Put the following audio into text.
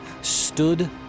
stood